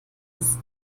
des